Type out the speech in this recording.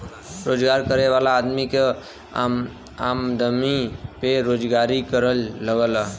रोजगार करे वाला आदमी के आमदमी पे रोजगारी कर लगला